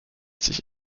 sich